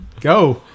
Go